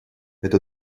это